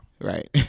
Right